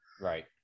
right